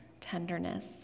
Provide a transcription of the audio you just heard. tenderness